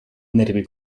nervi